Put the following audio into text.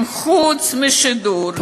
הם מחוץ לשידור,